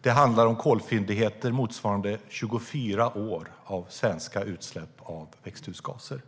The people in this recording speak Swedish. Det handlar om kolfyndigheter motsvarande 24 år av svenska utsläpp av växthusgaser.